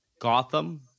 Gotham